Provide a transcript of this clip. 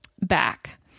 back